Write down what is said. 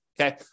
Okay